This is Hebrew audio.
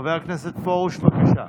חבר הכנסת פרוש, בבקשה.